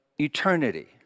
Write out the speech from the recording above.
eternity